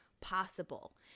possible